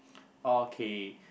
okay